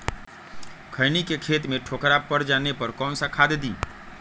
खैनी के खेत में ठोकरा पर जाने पर कौन सा खाद दी?